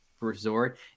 resort